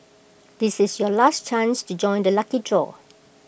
this is your last chance to join the lucky draw